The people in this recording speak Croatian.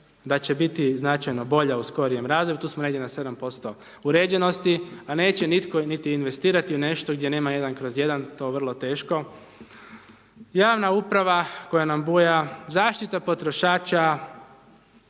da će biti značajno bolja u skorijem razdoblju, tu smo negdje na 7% uređenosti, a neće nitko niti investirati u nešto gdje nema jedan kroz jedan, to vrlo teško. Javna uprava koja nam buja, zaštita potrošača